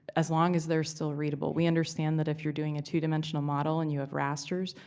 as long as they're still readable. we understand that if you're doing a two-dimensional model and you have rasters,